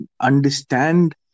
understand